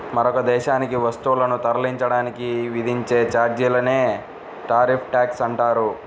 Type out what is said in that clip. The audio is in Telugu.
మరొక దేశానికి వస్తువులను తరలించడానికి విధించే ఛార్జీలనే టారిఫ్ ట్యాక్స్ అంటారు